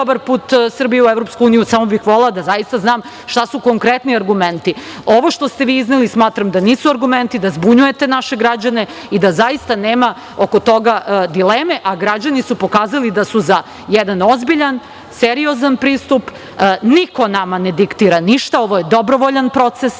nije dobar put Srbije u EU samo bih volela da zaista znam šta su konkretni argumenti. Ovo što ste vi izneli smatram da nisu argumenti, da zbunjujete naše građane i da zaista nema oko toga dileme, a građani su pokazali da su za jedan ozbiljan, seriozan pristup. Niko nama ne diktira ništa, ovo je dobrovoljan proces,